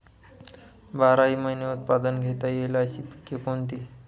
बाराही महिने उत्पादन घेता येईल अशी पिके कोणती?